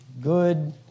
good